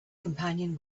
companion